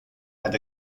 had